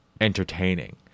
entertaining